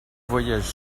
voyages